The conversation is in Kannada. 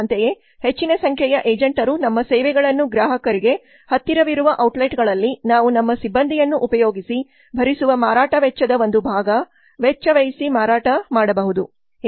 ಅಂತೆಯೇ ಹೆಚ್ಚಿನ ಸಂಖ್ಯೆಯ ಏಜೆಂಟರು ನಮ್ಮ ಸೇವೆಗಳನ್ನು ಗ್ರಾಹಕರಿಗೆ ಹತ್ತಿರವಿರುವ ಔಟ್ಲೆಟ್ಗಳಲ್ಲಿ ನಾವು ನಮ್ಮ ಸಿಬ್ಬಂದಿಯನ್ನು ಉಪಯೋಗಿಸಿ ಭರಿಸುವ ಮಾರಾಟ ವೆಚ್ಚದ ಒಂದು ಭಾಗ ವೆಚ್ಚ ವ್ಯಯಿಸಿ ಮಾರಾಟ ಮಾಡಬಹುದು